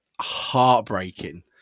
heartbreaking